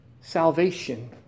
salvation